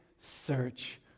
search